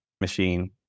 machine